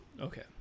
Okay